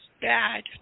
bad